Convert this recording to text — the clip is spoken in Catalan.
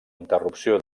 interrupció